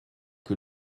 que